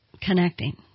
connecting